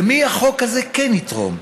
למי החוק כן יתרום?